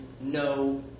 no